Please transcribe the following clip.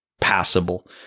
passable